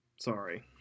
sorry